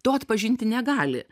to atpažinti negali